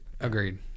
Agreed